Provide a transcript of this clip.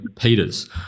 Peters